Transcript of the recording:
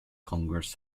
congress